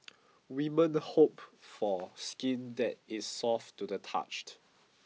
women hope for skin that is soft to the touched